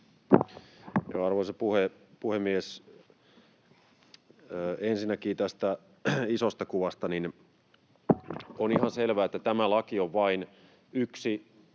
Arvoisa puhemies! Ensinnäkin tästä isosta kuvasta: On ihan selvä, että tämä laki on vain yksi